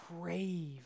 crave